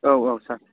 औ औ सार